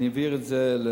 אני אעביר את זה,